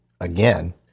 again